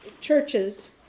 churches